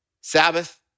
Sabbath